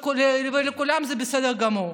ולכולם זה בסדר גמור.